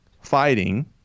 fighting